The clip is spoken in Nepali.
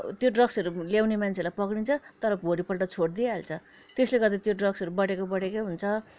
त्यो ड्रग्सहरू ल्याउने मान्छेलाई पक्रिन्छ तर भोलिपल्ट छोडदिहाल्छ त्यसले गर्दा त्यो ड्रग्सहरू बढेको बढेकै हुन्छ